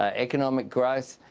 ah economic growth,